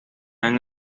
han